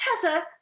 Tessa